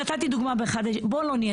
נתתי דוגמה, בואו לא נהיה צבועים.